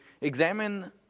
examine